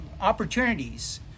opportunities